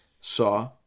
saw